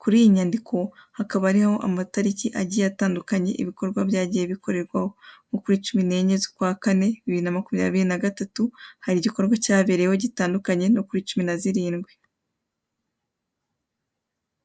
Kuriyi nyandiko hakaba hariho amatariki agiye atandukanye ibikorwa byagiye bikorerwaho nko kuri cumi n'enye z'ukwakane bibiri na makumyabiri na gatatu hari igikorwa cyabereyeho gitandukanye no kuri cumi nazirindwi.